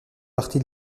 partie